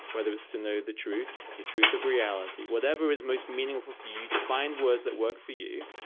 whether it's to know the truth, the truth of reality. whatever is most meaningful for you, find words that work for you.